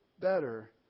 better